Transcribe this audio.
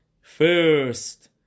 first